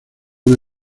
una